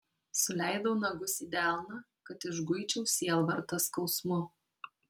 suleidau nagus į delną kad išguičiau sielvartą skausmu